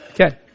Okay